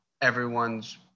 everyone's